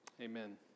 amen